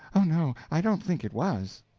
oh no, i don't think it was.